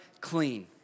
Clean